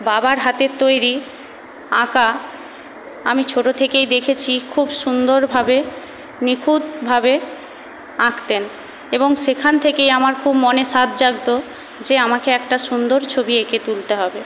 বাবার হাতের তৈরি আঁকা আমি ছোট থেকেই দেখেছি খুব সুন্দরভাবে নিখুঁতভাবে আঁকতেন এবং সেখান থেকেই আমার খুব মনে সাধ জাগত যে আমাকে একটা সুন্দর ছবি এঁকে তুলতে হবে